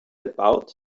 about